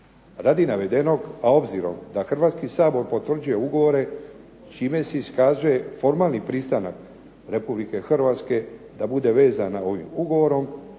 Radi navedenog, a obzirom da Hrvatski sabor potvrđuje ugovore čime se iskazuje formalni pristanak Republike Hrvatske da bude vezana ovim ugovorom,